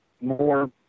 more